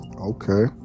Okay